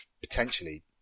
potentially